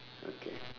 okay